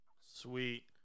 Sweet